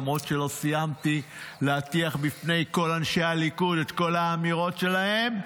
למרות שלא סיימתי להטיח בפני כל אנשי הליכוד את כל האמירות שלהם.